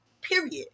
period